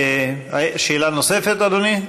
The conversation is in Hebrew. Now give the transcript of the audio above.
שאלה נוספת, אדוני?